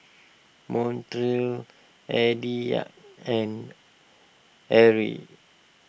Montrell Aditya and Eryn